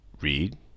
read